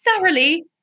thoroughly